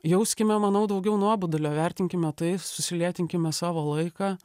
jauskime manau daugiau nuobodulio vertinkime tai susilėtinkime savo laiką